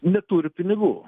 neturi pinigų